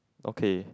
okay